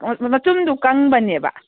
ꯃꯆꯨꯝꯗꯨ ꯀꯪꯕꯅꯦꯕ